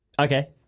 Okay